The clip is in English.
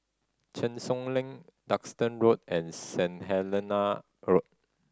Cheng Soon Lane Duxton Road and Saint Helena Road